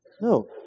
No